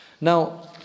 Now